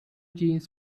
teens